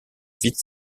vite